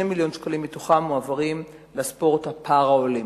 מיליוני שקלים מתוכם מועברים לספורט הפראלימפי.